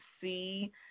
see